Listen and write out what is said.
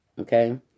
okay